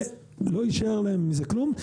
ולא יישאר להם מזה כלום.